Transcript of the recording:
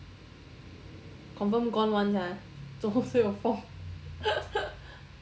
confirm gone [one] ah 走路都有风